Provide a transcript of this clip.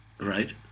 right